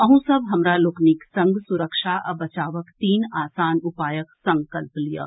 अहूँ सभ हमरा लोकनि संग सुरक्षा आ बचावक तीन आसान उपायक संकल्प लियऽ